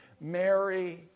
Mary